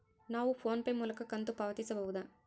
ನಾವು PhonePe ಮೂಲಕ ಕಂತು ಪಾವತಿಸಬಹುದಾ?